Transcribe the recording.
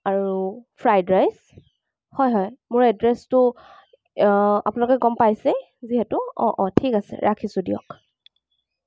আৰু fried rice হয় হয় মোৰ এড্ৰেছটো আপোনালোকে গম পাইছেই যিহেতু অঁ অঁ ঠিক আছে ৰাখিছোঁ দিয়ক